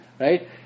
right